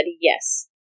yes